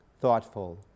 thoughtful